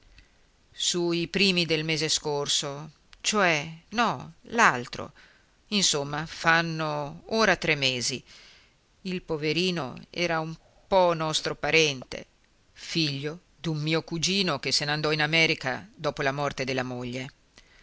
i primi del mese scorso cioè no l'altro insomma fanno ora tre mesi il poverino era un po nostro parente figlio d'un mio cugino che se n'andò in america dopo la morte della moglie